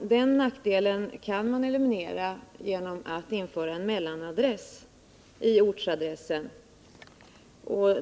Den nackdelen kan man eliminera genom att införa en mellanadress i ortsadressen.